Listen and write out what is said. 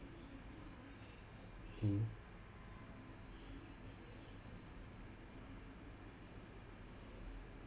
mm